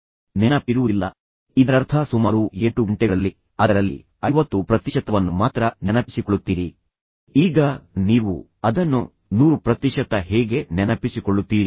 ಇದರರ್ಥ ನೀವು ಇದೀಗ ಏನನ್ನಾದರೂ ಕೇಳಿದರೆ ಸುಮಾರು 8 ಗಂಟೆಗಳಲ್ಲಿ ನೀವು ಅದರಲ್ಲಿ 50 ಪ್ರತಿಶತವನ್ನು ಮಾತ್ರ ನೆನಪಿಸಿಕೊಳ್ಳುತ್ತೀರಿ ಈಗ ನೀವು ಅದನ್ನು 100 ಪ್ರತಿಶತ ಹೇಗೆ ನೆನಪಿಸಿಕೊಳ್ಳುತ್ತೀರಿ